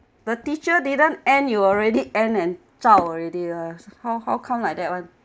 the teacher didn't end you already end and zao already lah how how come like that [one]